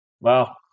Wow